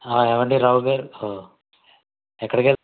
ఏమండి రావు గారు ఎక్కడికి